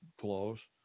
close